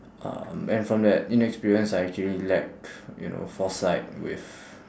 um and from that inexperience I actually lack you know foresight with